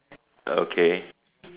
okay